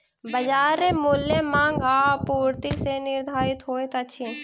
बजार मूल्य मांग आ आपूर्ति सॅ निर्धारित होइत अछि